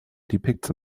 depicts